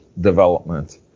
development